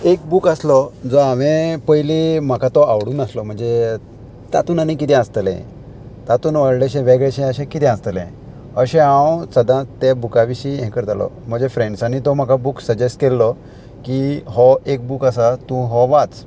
एक बूक आसलो जो हांवें पयली म्हाका तो आवडूंक नासलो म्हणजे तातूंत आनी किदें आसतलें तातूंत व्हडलेशें वेगळेंशें अशें कितें आसतलें अशें हांव सदांच तें बुका विशीं हें करतलो म्हज्या फ्रेंड्सांनी तो म्हाका बूक सजेस्ट केल्लो की हो एक बूक आसा तूं हो वाच